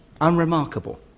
unremarkable